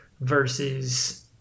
versus